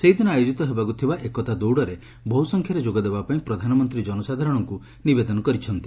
ସେହିଦିନ ଆୟୋଜିତ ହେବାକୁ ଥିବା ଏକତା ଦୌଡ଼ରେ ବହୁ ସଂଖ୍ୟାରେ ଯୋଗ ଦେବାପାଇଁ ପ୍ରଧାନମନ୍ତୀ ଜନସାଧାରଣଙ୍କୁ ନିବେଦନ କରିଛନ୍ତି